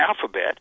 alphabet